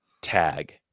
tag